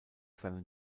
seinen